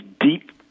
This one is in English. deep